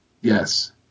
Yes